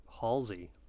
Halsey